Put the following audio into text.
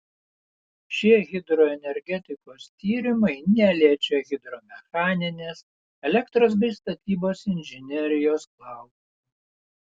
šie hidroenergetikos tyrimai neliečia hidromechaninės elektros bei statybos inžinerijos klausimų